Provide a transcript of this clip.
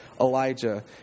Elijah